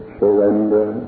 surrender